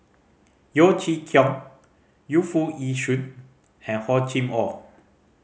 Yeo Chee Kiong Yu Foo Yee Shoon and Hor Chim Or